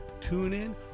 TuneIn